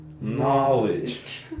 Knowledge